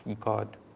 God